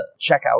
checkout